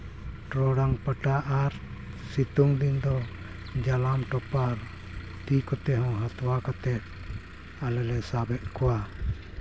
ᱴᱚᱨᱚᱰᱟᱝ ᱯᱟᱴᱟ ᱟᱨ ᱥᱤᱛᱩᱝ ᱫᱤᱱ ᱫᱚ ᱡᱟᱞᱟᱢ ᱴᱚᱯᱟᱨ ᱛᱤ ᱠᱚᱛᱮᱦᱚᱸ ᱦᱟᱛᱣᱟ ᱠᱟᱛᱮᱫ ᱟᱞᱮᱞᱮ ᱥᱟᱵᱮᱫ ᱠᱚᱣᱟ